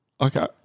Okay